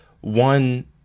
one